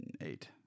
eight